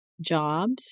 jobs